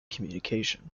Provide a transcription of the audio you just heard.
communications